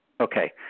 Okay